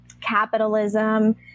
capitalism